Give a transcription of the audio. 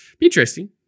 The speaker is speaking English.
Interesting